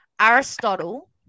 Aristotle